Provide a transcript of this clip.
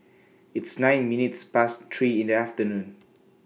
its nine minutes Past three in The afternoon